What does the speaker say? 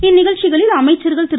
இந்நிகழ்ச்சிகளில் அமைச்சர்கள் திரு